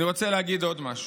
אני רוצה להגיד עוד משהו.